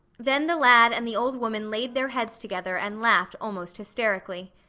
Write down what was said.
then the lad and the old woman laid their heads together and laughed almost hysterically.